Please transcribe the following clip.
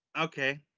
okay